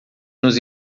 nos